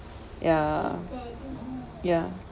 ya ya